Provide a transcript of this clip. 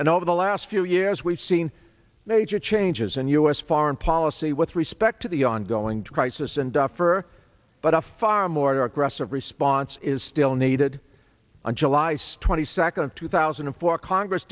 and over the last few years we've seen major changes and u s foreign policy with respect to the ongoing crisis and tougher but a far more aggressive response is still needed on july twenty second two thousand and four congress